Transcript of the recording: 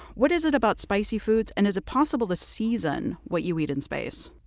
what is it about spicy foods? and is it possible to season what you eat in space?